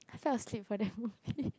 I fell asleep for that movie